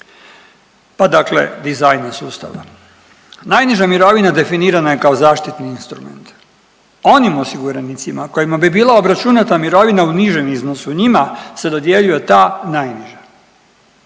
ne razumije/…sustava. Najniža mirovina definirana je kao zaštitni instrument, onim osiguranicima kojima bi bila obračunata mirovina u nižem iznosu njima se dodjeljuje ta najniža,